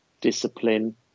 discipline